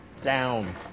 Down